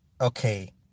Okay